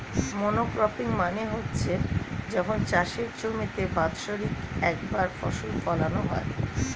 monocropping মানে হচ্ছে যখন চাষের জমিতে বাৎসরিক একবার ফসল ফোলানো হয়